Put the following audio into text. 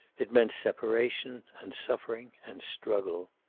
it meant separation, and suffering, and struggle.